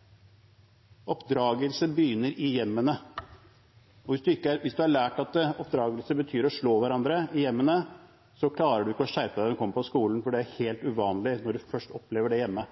– oppdragelse begynner i hjemmene. Hvis man har lært hjemme at oppdragelse betyr å slå hverandre, klarer man ikke å skjerpe seg når man kommer på skolen, for det er helt uvanlig når man først opplever det hjemme.